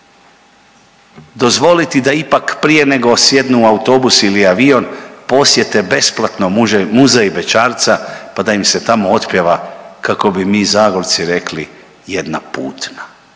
dozvoliti da ipak prije nego sjednu u autobus ili avion posjete besplatno muzej bećarca pa da im se tamo otpjeva kako bi mi Zagorci rekli jedna „putna“.